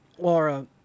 Laura